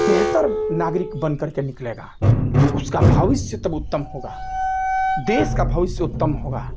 बेहतर नागरिक बनकर के निकलेगा उसका भविष्य उत्तम होगा देश का भविष्य उत्तम होगा